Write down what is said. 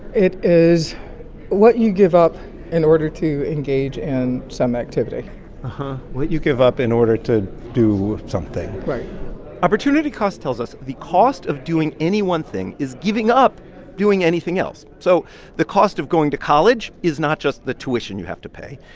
it is what you give up in order to engage in some activity and what you give up in order to do something right opportunity cost tells us the cost of doing any one thing is giving up doing anything else. so the cost of going to college is not just the tuition you have to pay.